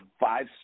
five